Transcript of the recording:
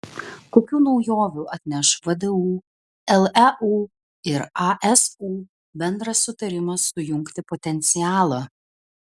kokių naujovių atneš vdu leu ir asu bendras sutarimas sujungti potencialą